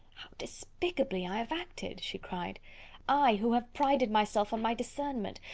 despicably i have acted! she cried i, who have prided myself on my discernment!